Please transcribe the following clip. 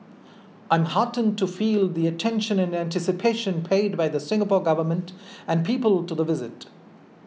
I'm heartened to feel the attention and anticipation paid by the Singapore Government and people to the visit